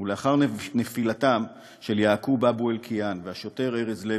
ולאחר נפילתם של יעקוב אבו אלקיעאן והשוטר ארז לוי,